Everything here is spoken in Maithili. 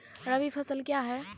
रबी फसल क्या हैं?